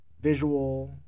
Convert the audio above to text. Visual